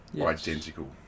identical